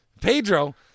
Pedro